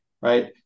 right